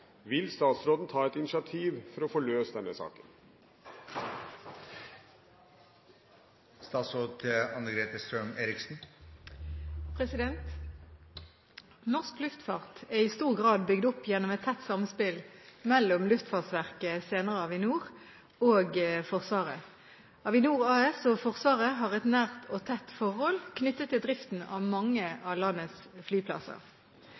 Vil statsråden ta et initiativ for å få løst denne saken?» Norsk luftfart er i stor grad bygd opp gjennom et tett samspill mellom Luftfartsverket, senere Avinor, og Forsvaret. Avinor AS og Forsvaret har et nært og tett forhold knyttet til driften av mange av landets flyplasser.